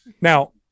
Now